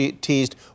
teased